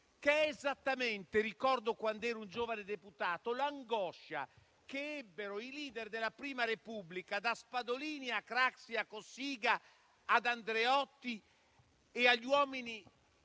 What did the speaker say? che sono esattamente quelli - ricordo quando ero un giovane deputato - che ebbero i *leader* della prima Repubblica, da Spadolini a Craxi, Cossiga, Andreotti e agli uomini